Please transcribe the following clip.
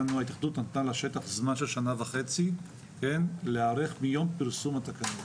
ההתאחדות נתנה לשטח זמן של שנה וחצי להיערך מיום פרסום התקנות.